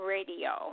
Radio